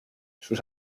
sus